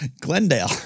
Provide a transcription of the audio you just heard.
Glendale